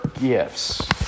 gifts